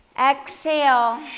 exhale